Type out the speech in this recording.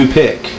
pick